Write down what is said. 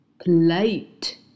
plate